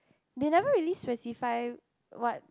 they never really specify what